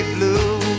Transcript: Blue